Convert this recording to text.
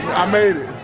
i made it.